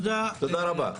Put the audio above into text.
תודה רבה.